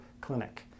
clinic